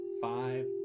five